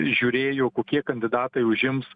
žiūrėjo kokie kandidatai užims